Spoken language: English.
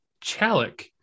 Chalik